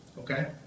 Okay